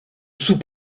sous